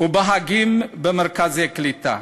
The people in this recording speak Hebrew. ובחגים במרכזי קליטה.